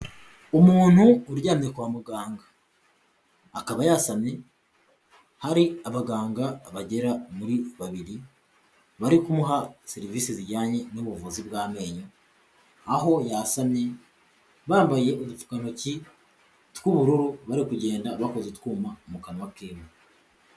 Umuntu uryamye kwa muganga akaba yasamye, hari abaganga bagera muri babiri bari kumuha serivisi zijyanye n'ubuvuzi bw'amenyo, aho yasammye, bambaye ukantoki tw'ubururu bari kugenda bakoze utwuma mu kanwa kiwe.